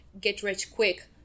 get-rich-quick